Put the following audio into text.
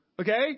Okay